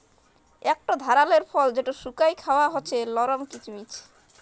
ইকট ধারালের ফল যেট শুকাঁয় খাউয়া হছে লরম কিচমিচ